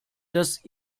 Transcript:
dass